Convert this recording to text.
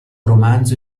romanzo